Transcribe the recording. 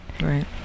right